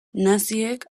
naziek